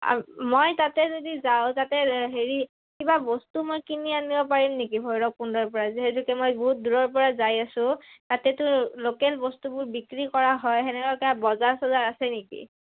আৰু মই তাতে যদি যাওঁ তাতে হেৰি কিবা বস্তু মই কিনি আনিব পাৰিম নেকি ভৈৰৱকুণ্ডৰ পৰা যিহেতুকে মই বহুত দূৰৰ পৰা যাই আছোঁ তাতেতো লোকেল বস্তুবোৰ বিক্ৰী কৰা হয় সেনেকুৱা কিবা বজাৰ চজাৰ আছে নেকি